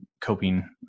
coping